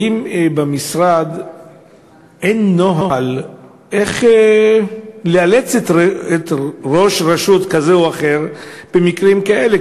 האם במשרד אין נוהל איך לאלץ ראש רשות כזה או אחר במקרים כאלה?